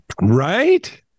Right